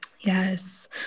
Yes